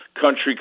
Country